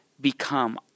become